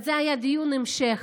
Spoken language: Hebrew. זה היה דיון המשך,